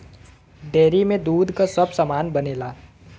dairy में दूध क सब सामान बनेला